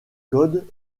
code